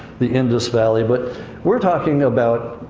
the indus valley. but we're talking about,